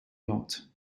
lot